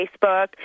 Facebook